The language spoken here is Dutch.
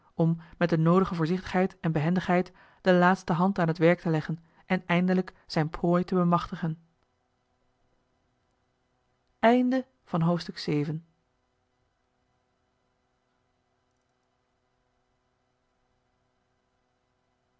om met de noodige voorzichtigheid en behendigheid de laatste hand aan het werk te leggen en eindelijk zijn prooi te bemachtigen